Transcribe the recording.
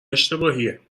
اشتباهیه